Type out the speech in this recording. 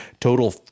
Total